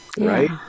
Right